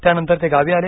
त्यानंतर ते गावी आले